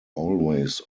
always